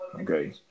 Okay